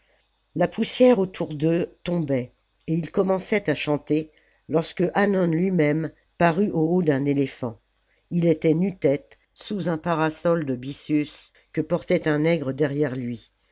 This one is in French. la poussière autour d'eux tombait et ils commençaient à chanter lorsque hannon lui-même parut au haut d'un éléphant ii était nu-tête sous un parasol de byssus que portait un nègre derrière lui